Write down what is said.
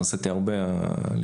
נסעתי הרבה לאליפויות.